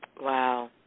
wow